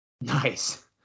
Nice